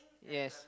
yes